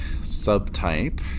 subtype